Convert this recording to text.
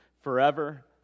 forever